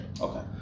Okay